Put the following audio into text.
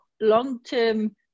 long-term